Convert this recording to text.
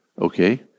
okay